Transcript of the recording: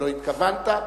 לא התכוונת,